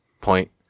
point